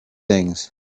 things